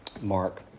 Mark